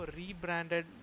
rebranded